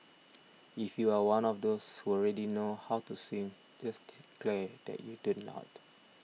if you are one of those who already know how to swim just declare that you do not